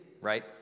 right